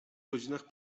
godzinach